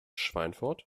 schweinfurt